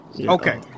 Okay